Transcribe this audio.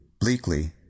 bleakly